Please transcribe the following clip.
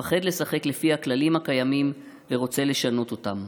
מפחד לשחק לפי הכללים הקיימים ורוצה לשנות אותם.